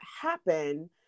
happen